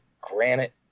granite